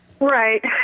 Right